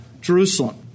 Jerusalem